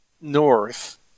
north